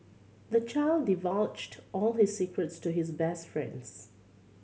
the child divulged all his secrets to his best friends